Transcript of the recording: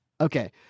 Okay